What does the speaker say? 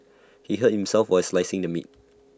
he hurt himself while slicing the meat